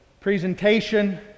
presentation